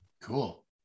Cool